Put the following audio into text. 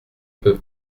peut